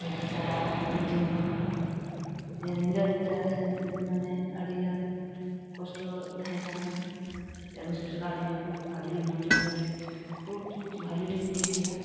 ᱥᱟᱨᱦᱟᱣ ᱟᱹᱞᱤᱧ ᱴᱷᱮᱱ ᱠᱷᱚᱱᱦᱚᱸ ᱡᱮ ᱧᱤᱫᱟᱹ ᱧᱩᱛᱟᱹ ᱥᱮ ᱢᱟᱱᱮ ᱟᱹᱰᱤᱜᱟᱱ ᱠᱚᱥᱴᱚ ᱛᱟᱦᱮᱸ ᱠᱟᱱᱟ ᱟᱹᱜᱩ ᱥᱮᱴᱮᱨ ᱟᱠᱟᱫ ᱞᱤᱧᱟᱹᱠᱚ ᱠᱷᱩᱵ ᱵᱷᱟᱹᱜᱤᱞᱤᱧ ᱢᱚᱱᱮᱠᱮᱫᱟ ᱥᱮ ᱠᱷᱩᱵ ᱵᱷᱟᱹᱞᱤᱞᱤᱧ ᱵᱩᱡᱠᱮᱫᱟ